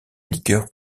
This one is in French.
liqueur